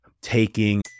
taking